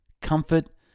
comfort